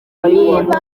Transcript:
niba